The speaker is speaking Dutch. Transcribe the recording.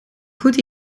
goed